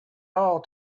hall